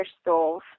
stove